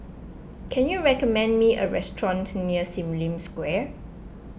can you recommend me a restaurant near Sim Lim Square